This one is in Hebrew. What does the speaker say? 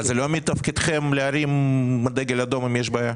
אבל זה לא מתפקידכם להרים דגל אדום אם יש בעיה?